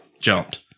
jumped